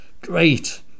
Great